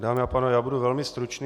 Dámy a pánové, budu velmi stručný.